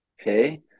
okay